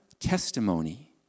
testimony